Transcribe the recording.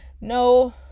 no